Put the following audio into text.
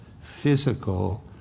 physical